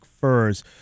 Furs